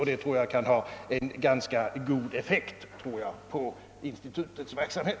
Jag tror att detta skulle ha en ganska god effekt på institutets verksamhet.